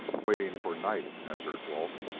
waiting for night, hazarded walt.